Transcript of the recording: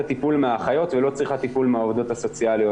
הטיפול מהאחיות ולא צריכה טיפול מהעובדות הסוציאליות.